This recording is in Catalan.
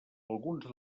alguns